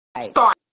start